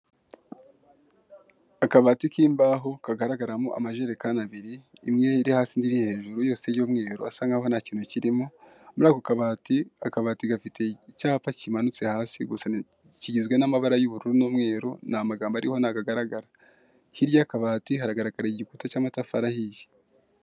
Akabati k'imbaho kagaragaramo amajerekani abiri, imwe iri hasi indi iri hejuru yose y'umweru asa nkaho nta kintu kirimo, muri ako kabati, akabati gafite icyapa kimanutse hasi gusa kigizwe n'amabara y'ubururu n'umweru nta magambo ariho ntago agaragara, hirya y'akabati haragaragara igikuta cy'amatafari ahiye.